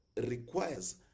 requires